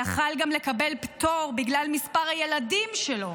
יכול היה גם לקבל פטור בגלל מספר הילדים שלו,